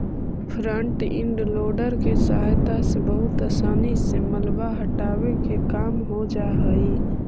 front end loader के सहायता से बहुत असानी से मलबा हटावे के काम हो जा हई